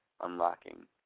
unlocking